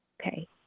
Okay